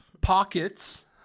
Pockets